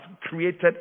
created